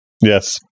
Yes